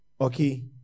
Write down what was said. okay